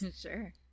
Sure